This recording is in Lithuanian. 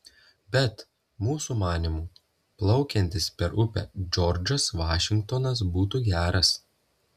bet mūsų manymu plaukiantis per upę džordžas vašingtonas būtų geras